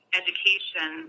education